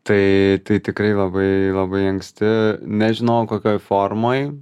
tai tai tikrai labai labai anksti nežinojau kokioj formoj